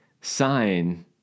sign